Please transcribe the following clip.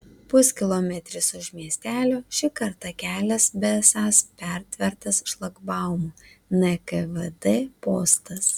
puskilometris už miestelio šį kartą kelias besąs pertvertas šlagbaumu nkvd postas